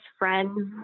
friends